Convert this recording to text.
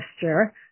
gesture